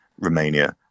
Romania